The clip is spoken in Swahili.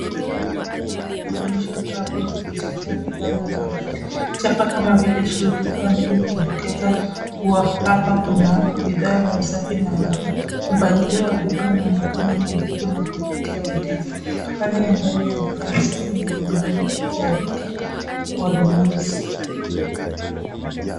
Duka kubwa likionyesha rafu zilizojaa bidhaa mbalimbali. Chapa kama vile Shield your Family, ikidokeza kuwa hapa kuna bidhaa za usafi na afya. Mpangilio wa bidhaa unaonekana nadhifu na kuvutia wateja. Hali ya ndani ya duka ni safi na yenye mwanga, ikialika wanunuzi.